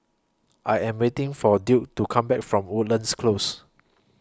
I Am waiting For Duke to Come Back from Woodlands Close